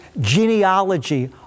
genealogy